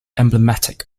emblematic